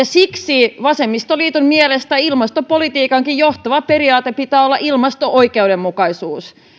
siksi vasemmistoliiton mielestä ilmastopolitiikan johtavana periaatteena pitää olla ilmasto oikeudenmukaisuus niin